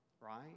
right